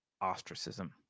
ostracism